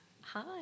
Hi